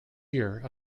year